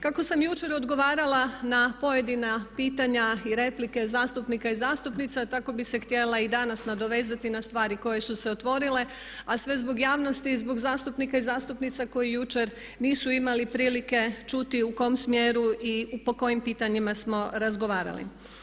Kako sam jučer odgovarala na pojedina pitanja i replike zastupnika i zastupnica tako bih se htjela i danas nadovezati na stvari koje su se otvorile a sve zbog javnosti i zbog zastupnika i zastupnica koji jučer nisu imali prilike čuti u kom smjeru i po kojim pitanjima smo razgovarali.